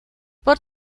por